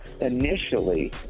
Initially